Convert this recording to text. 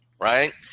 Right